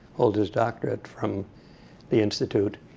holds his doctorate from the institute,